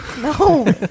No